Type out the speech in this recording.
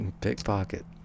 pickpocket